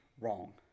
wrong